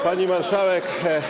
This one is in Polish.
Pani Marszałek!